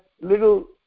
little